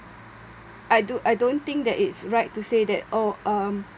I do I don't think that it's right to say that oh um